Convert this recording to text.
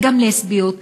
וגם לסביות,